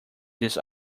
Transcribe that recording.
this